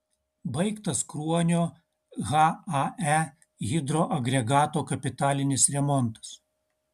baigtas kruonio hae hidroagregato kapitalinis remontas